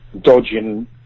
dodging